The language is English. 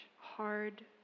hard